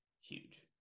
huge